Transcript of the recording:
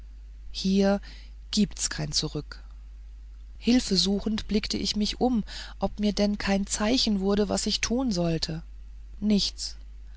hier gibt's kein zurück hilfe suchend blickte ich um mich ob mir denn kein zeichen wurde was ich tun sollte nichts